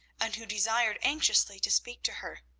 and who desired anxiously to speak to her.